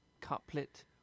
couplet